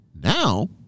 Now